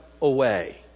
away